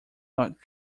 not